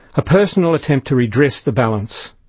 a personal attempt to redress the balance.